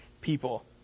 people